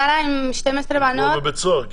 זה כמו בבית סוהר כמעט.